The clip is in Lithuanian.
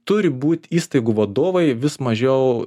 turi būt įstaigų vadovai vis mažiau